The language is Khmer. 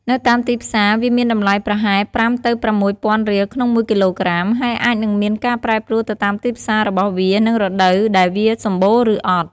នៅតាមទីផ្សារវាមានតម្លៃប្រហែល ៥ ទៅ ៦ ពាន់រៀលក្នុងមួយគីឡូក្រាម ហើយអាចនិងមានការប្រែប្រួលទៅតាមទីផ្សាររបស់វានិងរដូវដែលវាសម្បូរឬអត់។